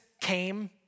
came